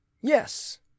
Yes